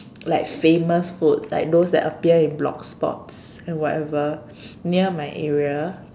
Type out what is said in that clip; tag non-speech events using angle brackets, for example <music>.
like famous food like those that appear in blogspots and whatever <noise> near my area